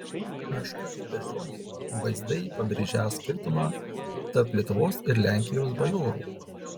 meška ir beždžionė vaizdai pabrėžią skirtumą tarp lietuvos ir lenkijos bajorų